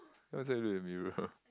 what's there to look in the mirror